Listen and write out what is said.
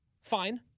fine